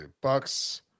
Bucks